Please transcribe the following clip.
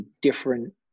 different